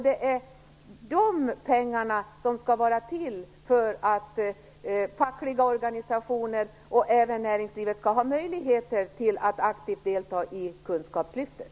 Det är de pengarna som skall vara till för att fackliga organisationer och även näringslivet skall ha möjlighet att aktivt delta i kunskapslyftet.